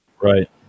Right